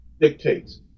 dictates